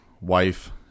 wife